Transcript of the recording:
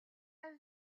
have